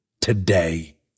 today